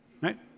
right